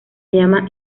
llama